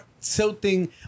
tilting